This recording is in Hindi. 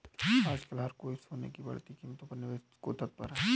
आजकल हर कोई सोने की बढ़ती कीमतों पर निवेश को तत्पर है